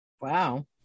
Wow